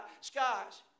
skies